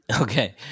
okay